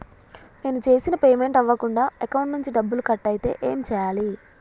నేను చేసిన పేమెంట్ అవ్వకుండా అకౌంట్ నుంచి డబ్బులు కట్ అయితే ఏం చేయాలి?